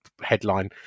headline